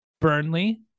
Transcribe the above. Burnley